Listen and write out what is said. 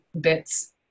bits